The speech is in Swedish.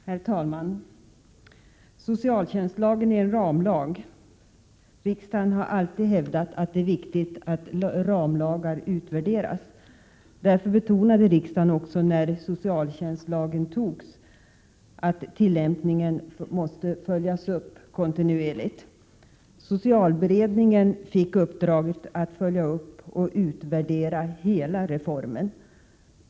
Herr talman! Socialtjänstlagen är en ramlag. Riksdagen har alltid hävdat att det är viktigt att ramlagar utvärderas. Därför betonade riksdagen också när socialtjänstlagen antogs att tillämpningen måste följas upp kontinuerligt. Socialberedningen fick uppdraget att följa upp och utvärdera hela reformen.